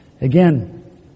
Again